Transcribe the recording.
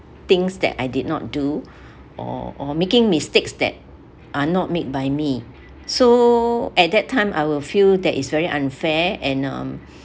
things that I did not do or or making mistakes that are not made by me so at that time I will feel that is very unfair and um